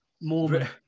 More